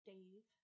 Dave